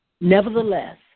nevertheless